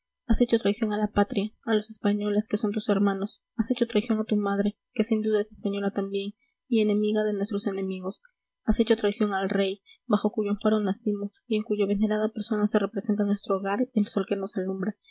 has hecho traición a la patria a los españoles que son tus hermanos has hecho traición a tu madre que sin duda es española también y enemiga de nuestros enemigos has hecho traición al rey bajo cuyo amparo nacimos y en cuya veneranda persona se representa nuestro hogar y el sol que nos alumbra